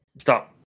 stop